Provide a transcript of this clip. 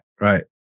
Right